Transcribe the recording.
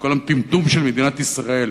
את כל הטמטום של מדינת ישראל,